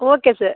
okay sir